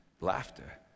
laughter